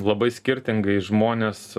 labai skirtingai žmonės